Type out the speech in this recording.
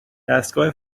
دستگاه